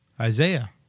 Isaiah